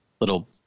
little